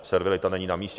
Servilita není namístě.